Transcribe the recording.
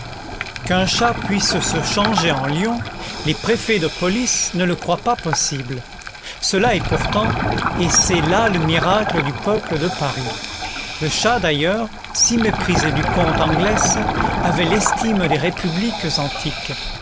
qu'un chat puisse se changer en lion les préfets de police ne le croient pas possible cela est pourtant et c'est là le miracle du peuple de paris le chat d'ailleurs si méprisé du comte anglès avait l'estime des républiques antiques